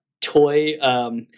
toy